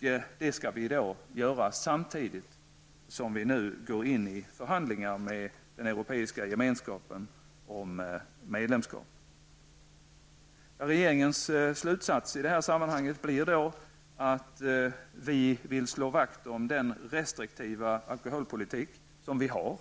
Detta skall då ske samtidigt som vi nu går in i förhandlingar med den europeiska gemenskapen om medlemskap. Regeringens slutsats i detta sammanhang blir att vi vill slå vakt om den restriktiva alkoholpolitik som vi har